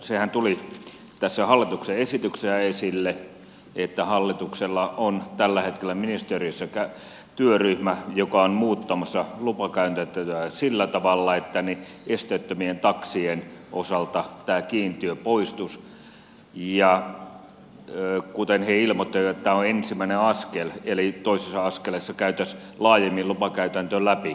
sehän tuli tässä hallituksen esityksessä esille että hallituksella on tällä hetkellä ministeriössä työryhmä joka on muuttamassa lupakäytäntöjä sillä tavalla että esteettömien taksien osalta tämä kiintiö poistuisi ja kuten he ilmoittivat tämä on ensimmäinen askel eli toisessa askeleessa käytäisiin laajemmin lupakäytäntö läpi